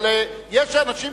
אבל יש אנשים,